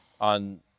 on